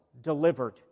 delivered